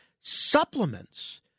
supplements